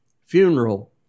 funeral